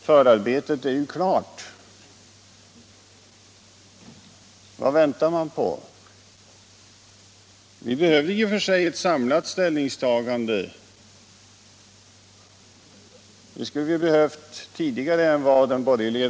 Herr talman! Herr Åkerfeldt bekräftar nu att förarbetet är klart. Vad väntar man då på? Vi behöver i och för sig ett samlat ställningstagande. Det skulle vi ha behövt tidigare.